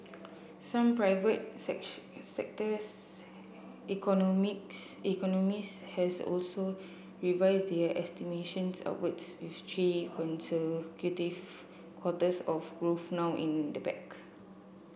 some private sectors economists has also revised their estimations upwards with three consecutive quarters of growth now in the bag